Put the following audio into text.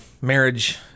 marriage